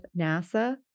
NASA